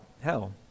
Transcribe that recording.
hell